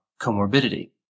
comorbidity